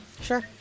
Sure